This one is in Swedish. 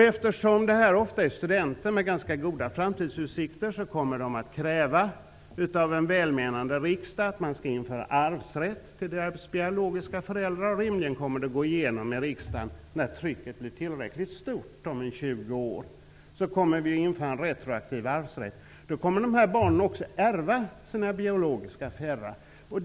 Eftersom donatorerna ofta är studenter med ganska goda framtidsutsikter kommer barnen att kräva av en välmenande riksdag att arvsrätt till deras biologiska föräldrar skall införas. Rimligen kommer vi när trycket om ca 20 år blir tillräckligt starkt att införa en retroaktiv arvsrätt. Då kommer dessa barn också att ärva sina biologiska föräldrar.